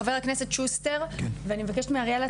חבר הכנסת שוסטר ואני מבקשת מאריאלה,